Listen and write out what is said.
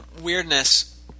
weirdness